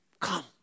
Come